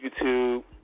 YouTube